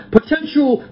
potential